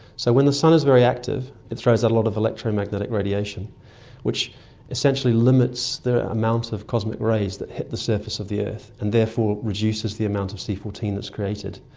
so when the sun is very active it throws out a lot of electromagnetic radiation which essentially limits the amount of cosmic rays that hit the surface of the earth and therefore reduces the amount of c fourteen that is created.